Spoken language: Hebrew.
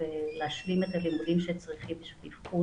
ולהשלים את הלימודים שצריכים בשביל איבחון